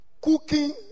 cooking